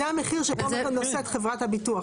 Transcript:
זה המחיר שבו נושאת חברת הביטוח.